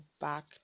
back